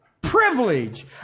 privilege